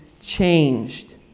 changed